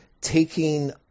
taking